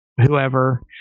whoever